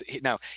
Now